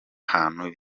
hantu